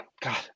God